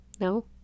No